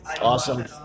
Awesome